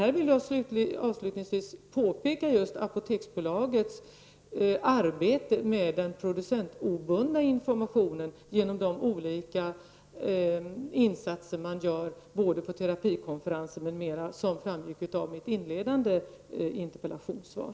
Jag vill i detta sammanhang peka på Apoteksbolagets arbete med den producentobundna informationen genom de olika insatser som görs på terapikonferenser m.m., vilket framgick av mitt interpellationssvar.